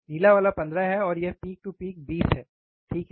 नीला वाला 15 है और यह पीक टू पीक 20 है ठीक है